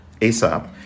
ASAP